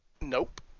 Nope